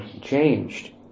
changed